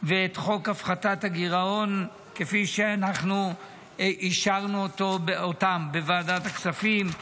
ואת חוק הפחתת הגירעון כפי שאנחנו אישרנו אותם בוועדת הכספים.